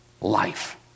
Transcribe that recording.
Life